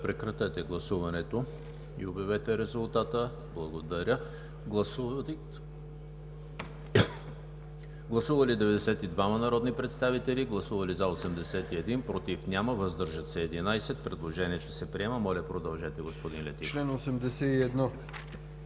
продължете, господин Летифов.